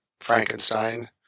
Frankenstein